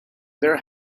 their